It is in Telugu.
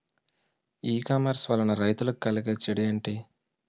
ఈ కామర్స్ వలన రైతులకి కలిగే చెడు ఎంటి?